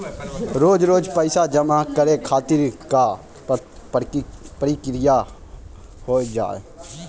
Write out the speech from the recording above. रोज रोज पैसा जमा करे खातिर का प्रक्रिया होव हेय?